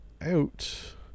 out